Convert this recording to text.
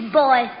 boy